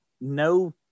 no